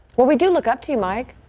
we do look up to mike.